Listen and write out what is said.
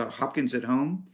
ah hopkins at home.